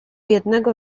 jednego